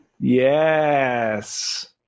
yes